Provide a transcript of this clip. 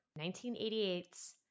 1988's